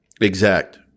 Exact